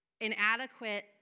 inadequate